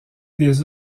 des